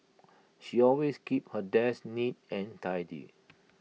she always keeps her desk neat and tidy